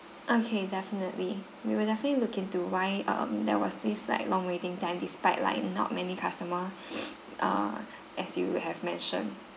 okay definitely we will definitely look into why um there was this like long waiting time despite like not many customer err as you have mentioned